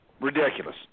ridiculous